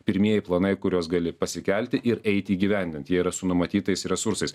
pirmieji planai kuriuos gali pasikelti ir eiti įgyvendint jie yra su numatytais resursais